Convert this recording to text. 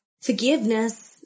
forgiveness